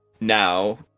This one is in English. Now